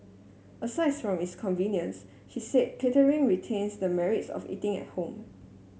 aside from its convenience she said catering retains the merits of eating at home